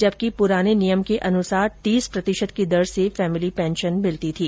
जबकि पुराने नियम के मुताबिक तीस प्रतिशत की दर से फैमेली पेंशन मिलती थी